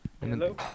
Hello